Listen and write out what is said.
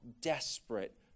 desperate